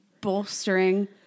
bolstering